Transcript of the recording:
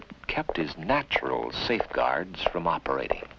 it kept is natural safeguards from operating